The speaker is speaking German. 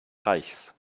reichs